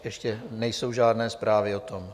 Ještě nejsou žádné zprávy o tom.